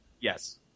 Yes